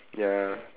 ya